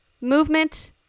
movement